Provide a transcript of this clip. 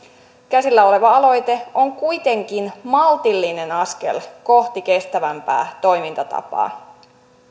käsillä oleva aloite on kuitenkin maltillinen askel kohti kestävämpää toimintatapaa